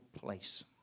place